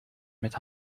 met